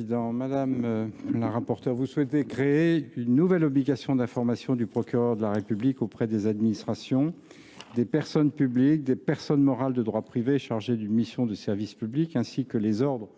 Gouvernement ? Madame la rapporteure, vous souhaitez créer une nouvelle obligation d’information du procureur de la République auprès des administrations, des personnes publiques, des personnes morales de droit privé chargées d’une mission de service public ainsi que des ordres